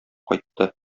кайтты